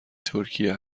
ترکیه